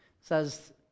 says